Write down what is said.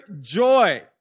joy